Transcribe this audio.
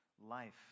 life